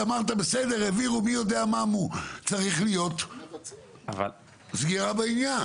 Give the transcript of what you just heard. צריך להיות סגירה בעניין.